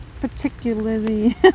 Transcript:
particularly